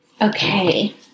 Okay